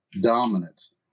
dominance